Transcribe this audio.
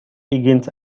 higgins